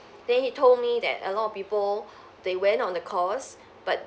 then he told me that a lot of people they went on the course but